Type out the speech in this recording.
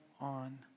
on